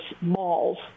malls